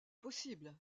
possible